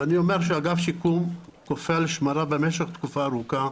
אני אומר שאגף שיקום קופא על שמריו במשך תקופה ארוכה,